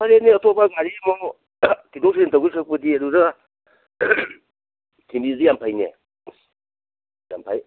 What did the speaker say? ꯍꯣꯏꯅꯦ ꯅꯣꯏ ꯑꯇꯣꯞꯄ ꯒꯥꯔꯤ ꯑꯃꯃꯨꯛ ꯊꯤꯟꯗꯣꯛ ꯊꯤꯟꯖꯤꯟ ꯇꯧꯗꯣꯏ ꯁꯔꯨꯛꯄꯨꯗꯤ ꯑꯗꯨꯗ ꯊꯥꯟꯕꯤꯔꯗꯤ ꯌꯥꯝ ꯐꯩꯅꯦ ꯌꯥꯝ ꯐꯩ